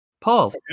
Paul